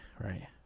right